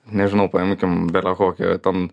nežinau paimkim bele kokį ten